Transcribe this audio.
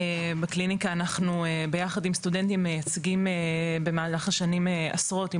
בקליניקה אנחנו ביחד עם סטודנטים מייצגים במהלך השנים עשרות אם